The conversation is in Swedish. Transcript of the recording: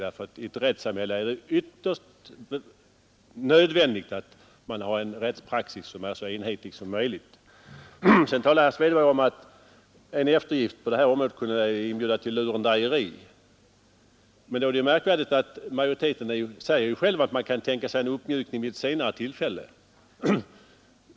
I ett rättssamhälle är det ytterst nödvändigt att man har en rättspraxis som är så enhetlig som möjligt. Sedan talar herr Svedberg om att en eftergift på detta område kunde inbjuda till lurendrejeri. Men då är det märkvärdigt att majoriteten själv säger att man kan tänka sig en uppmjukning vid ett senare tillfälle.